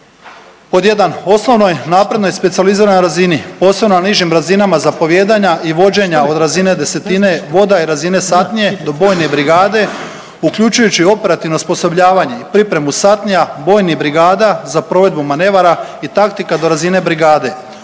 pod 1, osnovnoj naprednoj specijaliziranoj razini, posebno na nižim razinama zapovijedanja i vođenja od razine desetine, voda i razine satnije do bojne brigade, uključujući i operativno osposobljavanje i pripremu satnija, vojnih brigada za provedbu manevara i taktika do razine brigade,